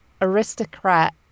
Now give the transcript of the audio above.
aristocrat